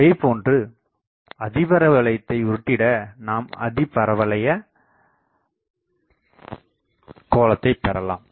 இதேபோன்று அதிபர வளையத்தை உருட்டிட நாம் அதிபரவளைய கோளத்தை பெறலாம்